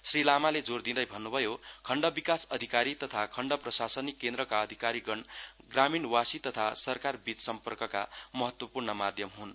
श्री लामाले जोर दिँदै भन्नुभयो खण्ड विकास अधिकारी तथा खण्ड प्रशासनिक केन्द्रका अधिकारीगण ग्रामीणवासी तथा सरकार बीच सम्पर्कका महत्वपूर्ण माध्यम हुन्